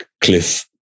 cliff